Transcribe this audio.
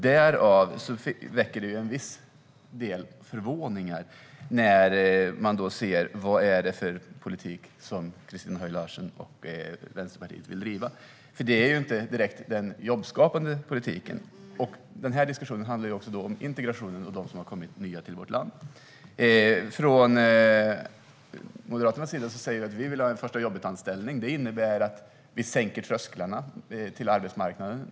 Därför väcker det en viss del förvåning när man ser vad det är för politik som Christina Höj Larsen och Vänsterpartiet vill driva. Det är inte direkt den jobbskapande politiken. Den här diskussionen handlar också om integrationen och dem som har kommit nya till vårt land. Från Moderaternas sida säger vi att vi vill ha en förstajobbetanställning. Det innebär att vi sänker trösklarna till arbetsmarknaden.